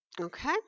okay